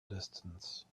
distance